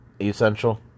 essential